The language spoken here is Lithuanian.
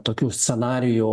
tokių scenarijų